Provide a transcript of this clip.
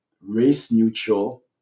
race-neutral